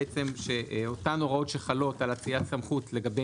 בעצם אותן הוראות שחלות על אצילת סמכות לגבי